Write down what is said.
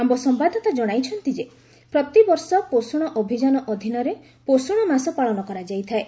ଆମ ସମ୍ବାଦଦାତା ଜଣାଇଛନ୍ତି ପ୍ରତିବର୍ଷ ପୋଷଣ ଅଭିଯାନ ଅଧୀନରେ ପୋଷଣ ମାସ ପାଳନ କରାଯାଇଥାଏ